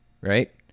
right